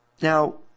Now